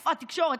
איפה התקשורת?